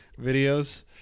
videos